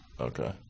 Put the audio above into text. Okay